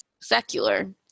Secular